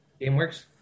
GameWorks